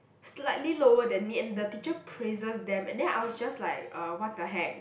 slightly lower than me and the teacher praises them and then I was just like uh !what-the-heck!